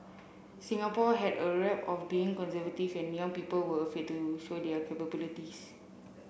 Singapore had a rep of being conservative people were afraid to show their